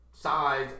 size